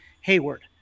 Hayward